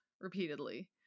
repeatedly